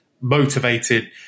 motivated